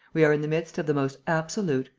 we are in the midst of the most absolute,